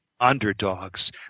underdogs